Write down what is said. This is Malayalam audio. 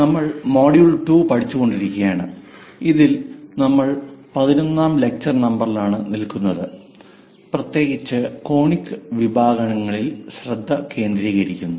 നമ്മൾ മൊഡ്യൂൾ 2 പഠിച്ചുകൊണ്ടു ഇരിക്കുകയാണ് അതിൽ നമ്മൾ 11 ആം ലെക്ചർ നമ്പറിലാണ് നിൽക്കുന്നത് പ്രത്യേകിച്ച് കോണിക് വിഭാഗങ്ങളിൽ ശ്രദ്ധ കേന്ദ്രീകരിക്കുന്നു